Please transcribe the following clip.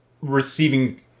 receiving